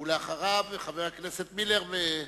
אחריו, חבר הכנסת מילר.